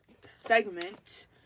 segment